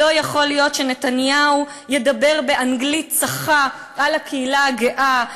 לא יכול להיות שנתניהו ידבר באנגלית צחה על הקהילה הגאה,